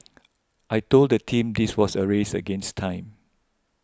I told the team this was a race against time